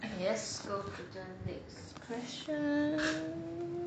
okay let's go to the next question